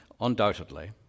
undoubtedly